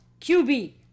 QB